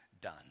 done